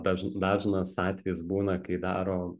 daž dažnas atvejis būna kai daro